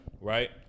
Right